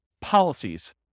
policies